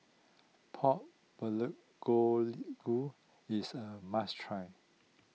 Pork Bule Golu is a must try